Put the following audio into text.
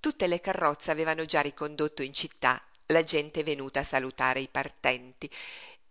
tutte le carrozze avevano già ricondotto in città la gente venuta a salutare i partenti